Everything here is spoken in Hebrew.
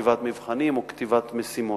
כתיבת מבחנים או כתיבת משימות.